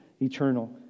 eternal